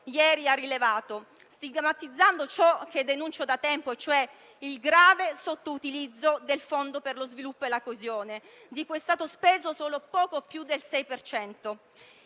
ieri ha rilevato, stigmatizzando ciò che denuncio da tempo, ossia il grave sottoutilizzo del Fondo per lo sviluppo e la coesione, di cui è stato speso solo poco più del 6